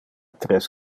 tres